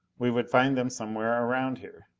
we would find them somewhere around here.